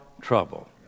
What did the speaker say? trouble